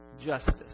justice